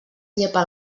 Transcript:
llepa